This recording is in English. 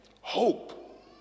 hope